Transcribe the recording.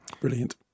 Brilliant